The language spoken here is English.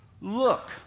Look